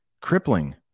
crippling